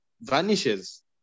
vanishes